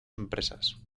empresas